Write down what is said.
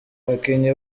bakinnyi